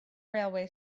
railway